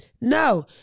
No